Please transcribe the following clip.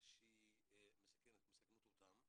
שמסכנות אותם.